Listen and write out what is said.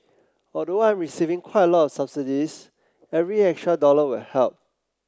although I'm receiving quite a lot subsidies every extra dollar will help